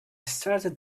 started